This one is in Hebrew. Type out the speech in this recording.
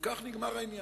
ובכך נגמר העניין.